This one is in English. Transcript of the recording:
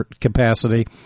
capacity